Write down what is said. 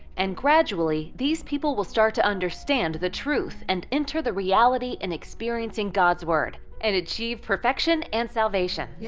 and gradually, these people will start to understand the truth and enter the reality in experiencing god's word, and achieve perfection and salvation. yes.